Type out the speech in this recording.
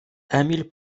emil